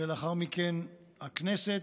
ולאחר מכן הכנסת,